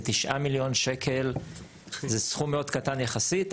9 מיליון שקל זה סכום מאוד קטן יחסית,